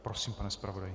Prosím, pane zpravodaji.